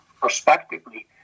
prospectively